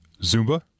Zumba